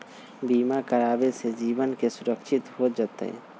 बीमा करावे से जीवन के सुरक्षित हो जतई?